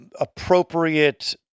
appropriate